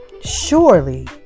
Surely